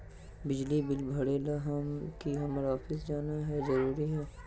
बिजली बिल भरे ले की हम्मर ऑफिस जाना है जरूरी है?